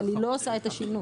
אבל זה לא מה שיעשה את השינוי.